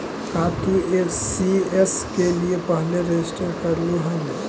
का तू सी.एस के लिए पहले रजिस्टर करलू हल